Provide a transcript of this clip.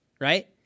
Right